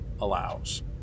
allows